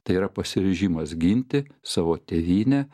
tai yra pasiryžimas ginti savo tėvynę